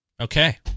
Okay